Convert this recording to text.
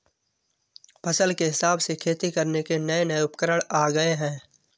फसल के हिसाब से खेती करने के नये नये उपकरण आ गये है